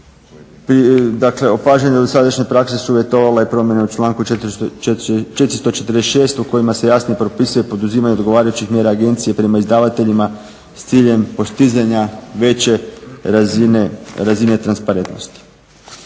Dakle opažanja dosadašnje prakse su uvjetovale i promjene u članku 446. u kojima se jasno propisuje poduzimanje odgovarajućih mjera agencije prema izdavateljima s ciljem postizanja veće razine transparentnosti.